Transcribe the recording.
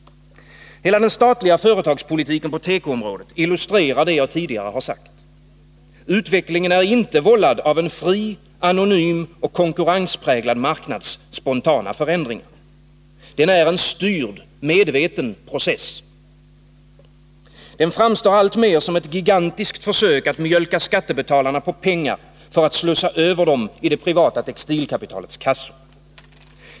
Hela den statliga företagspolitiken på tekoområdet illustrerar det jag tidigare har sagt. Utvecklingen är inte vållad av en fri, anonym och konkurrenspräglad marknads spontana förändringar. Den är en styrd, medveten process. Den framstår alltmer som ett gigantiskt försök att mjölka skattebetalarna på pengar för att slussa över dem i det privata textilkapitalets kassor.